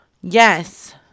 Yes